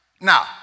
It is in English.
Now